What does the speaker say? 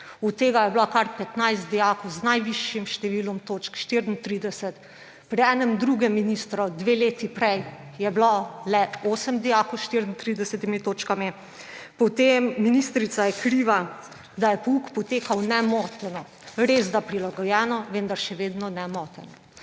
od tega je bilo kar 15 dijakov z najvišjim številom točk – 34, pri enem drugem ministru dve leti prej je bilo le 8 dijakov s 34 točkami. Ministrica je kriva, da je pouk potekal nemoteno. Resda prilagojeno, vendar še vedno nemoteno.